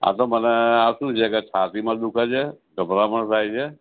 આ તો મને આ શું છે કે છાતીમાં દુઃખે છે ગભરામણ થાય છે